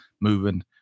moving